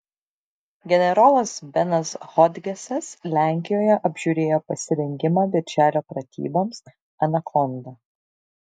generolas benas hodgesas lenkijoje apžiūrėjo pasirengimą birželio pratyboms anakonda